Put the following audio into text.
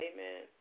Amen